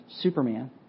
Superman